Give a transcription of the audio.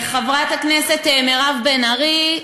חברת הכנסת מירב בן ארי,